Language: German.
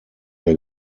der